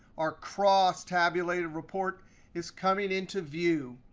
our cross-tabulated report is coming into view.